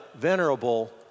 venerable